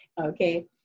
okay